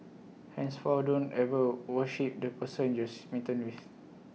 henceforth don't ever worship the person you smitten with